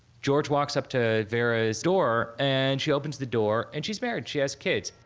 george walks up to vera's door and she opens the door. and she's married. she has kids.